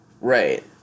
Right